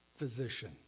physician